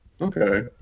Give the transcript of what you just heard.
Okay